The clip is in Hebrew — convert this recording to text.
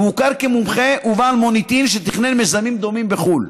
הוא הוכר כמומחה ובעל מוניטין שתכנן מיזמים דומים בחו"ל.